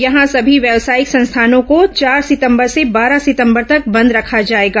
यहां सभी व्यवसायिक संस्थानों को चार सितंबर से बारह सितंबर तक बंद रखा जाएगा